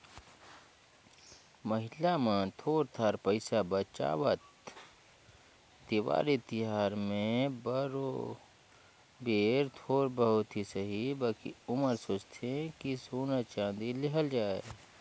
महिला मन थोर थार पइसा बंचावत, देवारी तिहार में बरोबेर थोर बहुत ही सही बकि ओमन सोंचथें कि सोना चाँदी लेहल जाए